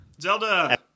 Zelda